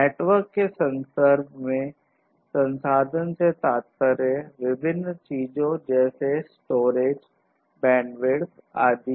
network के संदर्भ में साधन से तात्पर्य विभिन्न चीजों जैसे स्टोरेज बैंडविड्थ आदि